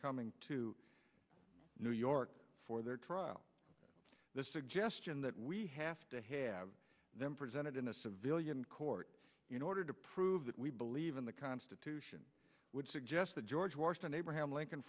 coming to new york for their trial the suggestion that we have to have them presented in a civilian court in order to prove that we believe in the constitution would suggest that george washington abraham lincoln